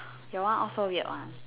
your one all so weird one